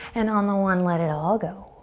and on the one let it all go.